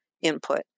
input